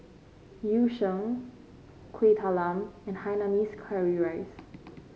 Yu Sheng Kuih Talam and Hainanese Curry Rice